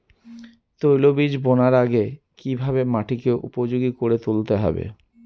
তৈলবীজ বোনার আগে কিভাবে মাটিকে উপযোগী করে তুলতে হবে?